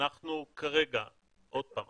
עוד פעם,